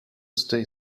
stay